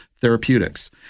Therapeutics